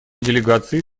делегации